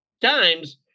times